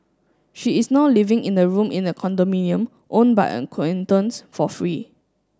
she is now living in a room in a condominium owned by acquaintance for free